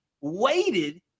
waited